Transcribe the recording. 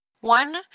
one